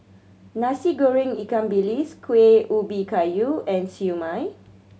Nasi Goreng ikan bilis Kueh Ubi Kayu and Siew Mai